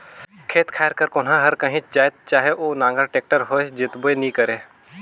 खेत खाएर कर कोनहा हर काहीच जाएत चहे ओ नांगर, टेक्टर होए जोताबे नी करे